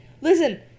Listen